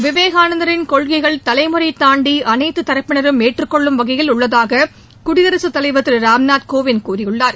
விவேகானந்தரின் கொள்கைகள் தலைமுறை தாண்டி அனைத்து தரப்பினரும் ஏற்றுக் கொள்ளும் வகையில் உள்ளதாக குடியரசுத் தலைவர் திரு ராம்நாத் கோவிந்த் கூறியுள்ளார்